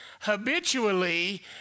habitually